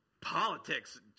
politics